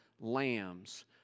lambs